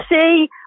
see